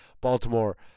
Baltimore